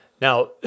Now